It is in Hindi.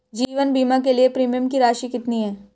जीवन बीमा के लिए प्रीमियम की राशि कितनी है?